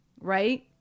Right